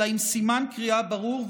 אלא עם סימן קריאה ברור,